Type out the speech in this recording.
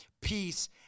peace